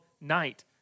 night